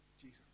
Jesus